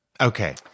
Okay